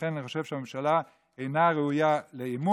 לכן אני חושב שהממשלה אינה ראויה לאמון,